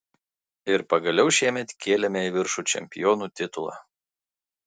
ir pagaliau šiemet kėlėme į viršų čempionų titulą